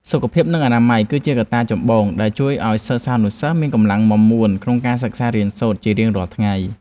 សុខភាពនិងអនាម័យ គឺជាកត្តាចម្បងដែលជួយឱ្យសិស្សានុសិស្សមានកម្លាំងមាំមួនក្នុងការសិក្សារៀនសូត្រជារៀងរាល់ថ្ងៃ។